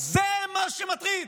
זה מה שמטריד.